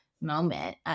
moment